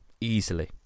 easily